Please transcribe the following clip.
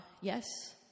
Yes